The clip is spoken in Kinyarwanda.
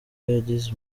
yagize